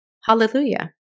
Hallelujah